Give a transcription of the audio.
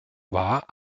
war